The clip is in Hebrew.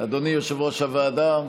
אדוני יושב-ראש הוועדה.